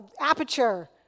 aperture